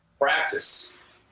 practice